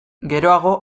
geroago